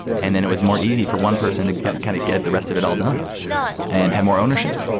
and then it was more easy for one person to kind of get the rest of it all done and have more ownership,